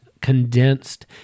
condensed